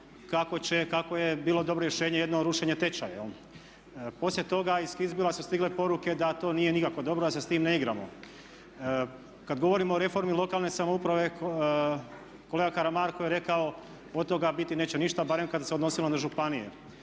kako bi bilo dobro rješenje jedno rušenje tečaja. Poslije toga iz Kitzbühela su stigle poruke da to nije nikako dobro, da se s tim ne igramo. Kad govorimo o reformi lokalne samouprave kolega Karamarko je rekao od toga biti neće ništa barem kada se odnosilo na županije.